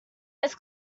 its